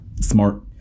Smart